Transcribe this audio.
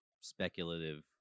speculative